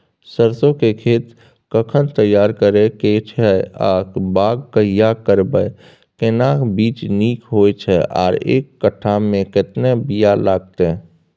सरसो के खेत कखन तैयार करै के छै आ बाग कहिया करबै, केना बीज नीक होय छै आर एक कट्ठा मे केतना बीया लागतै?